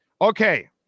Okay